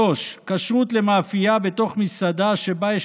3. כשרות למאפיה בתוך מסעדה שבה יש